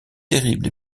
terrible